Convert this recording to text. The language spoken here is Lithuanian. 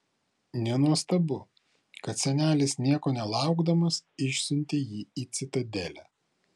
nenuostabu kad senelis nieko nelaukdamas išsiuntė jį į citadelę